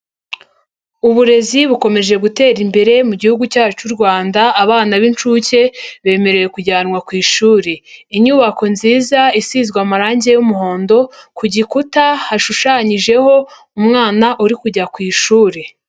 Uburezi bukomeje gutera imbere mu gihugu cyacu cy'u Rwanda, abana b'inshuke bemerewe kujyanwa ku ishuri. Inyubako nziza isizwe amarange y'umuhondo, ku gikuta hashushanyijeho umwana uri kujya ku ishuri.